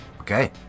Okay